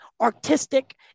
Artistic